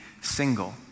single